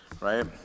right